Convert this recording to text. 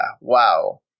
wow